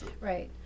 Right